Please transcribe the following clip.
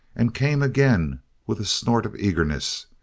and came again with a snort of eagerness.